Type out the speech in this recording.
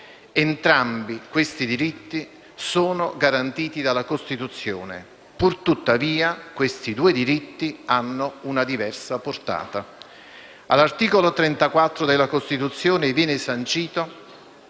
entrambi garantiti dalla Costituzione; pur tuttavia, questi due diritti hanno una diversa portata. All'articolo 34 della Costituzione viene sancito